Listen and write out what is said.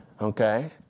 okay